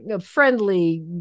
friendly